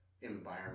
environment